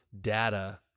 data